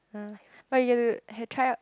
!huh! but you have to he'll try out